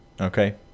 Okay